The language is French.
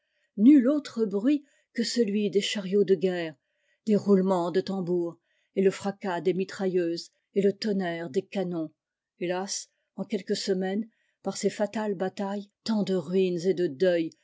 nul autre bruit que celui des chariots de guerre des roulements de tambours et le fracas des mitrailleuses et le tonnerre des canons hélas en quelques semaines par ces fatales batailles tant de ruines et de deuils